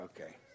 Okay